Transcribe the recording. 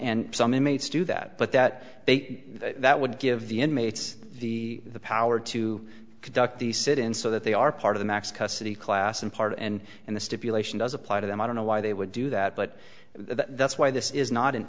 and some inmates do that but that that would give the inmates the power to conduct the sit in so that they are part of the x custody class and part and and the stipulation does apply to them i don't know why they would do that but that's why this is not an